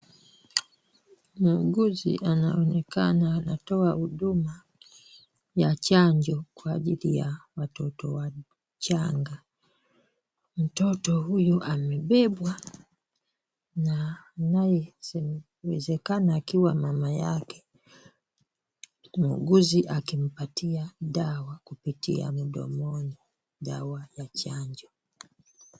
Muuguzi anaonekana anatoa huduma ya chanjo kwa ajili ya watoto wachanga. Mtoto huyu amebebwa na anayewezekana akiwa mama yake, muuguzi akimpatia dawa kupitia midomoni. Dawa ya chanjo.